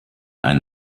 ein